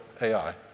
AI